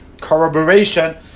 corroboration